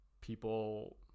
people